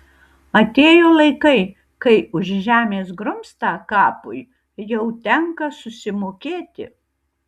atėjo laikai kai už žemės grumstą kapui jau tenka susimokėti